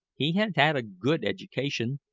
he had had a good education,